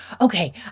okay